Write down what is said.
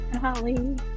Holly